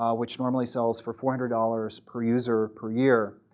ah which normally sells for four dollars per user, per year.